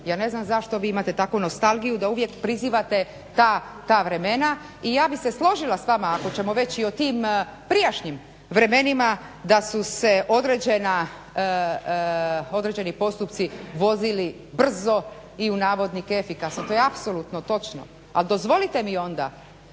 Ja ne znam zašto vi imate takvu nostalgiju da uvijek prizivate ta vremena i ja bih se složila s vama ako ćemo već i o tim prijašnjim vremenima da su se određeni postupci vodili brzo i u navodnike efikasno. To je apsolutno točno, ali dozvolite mi onda